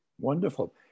Wonderful